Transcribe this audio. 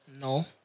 No